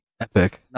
Epic